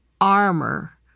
armor